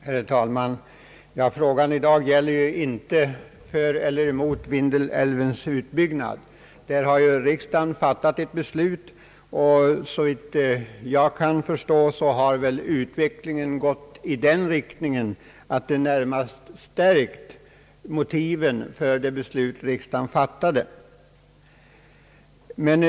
Herr talman! Frågan i dag gäller ju inte för och emot Vindelälvens utbyggnad. Där har ju riksdagen fattat ett beslut, och såvitt jag förstår har utvecklingen gått i den riktningen att motiven för riksdagsbeslutet har förstärkts.